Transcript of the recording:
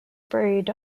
buried